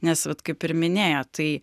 nes vat kaip ir minėjo tai